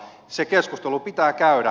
se keskustelu pitää käydä